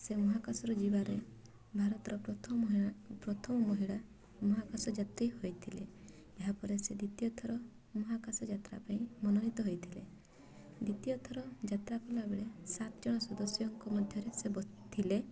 ସେ ମହାକାଶରେ ଯିବାରେ ଭାରତର ପ୍ରଥମ ମହିଳା ପ୍ରଥମ ମହିଳା ମହାକାଶଯାତ୍ରୀ ହୋଇଥିଲେ ଏହାପରେ ସେ ଦ୍ୱିତୀୟ ଥର ମହାକାଶଯାତ୍ରା ପାଇଁ ମନୋନୀତ ହୋଇଥିଲେ ଦ୍ୱିତୀୟ ଥର ଯାତ୍ରା କଲାବେଳେ ସାତ ଜଣ ସଦ୍ୟସଙ୍କ ମଧ୍ୟରେ ସେ ଥିଲେ